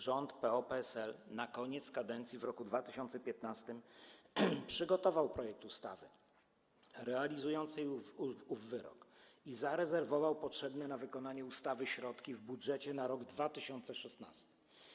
Rząd PO-PSL na koniec kadencji w roku 2015 przygotował projekt ustawy realizującej ów wyrok i zarezerwował potrzebne na wykonanie ustawy środki w budżecie na rok 2016.